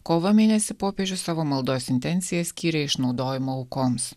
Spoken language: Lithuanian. kovo mėnesį popiežius savo maldos intenciją skyrė išnaudojimo aukoms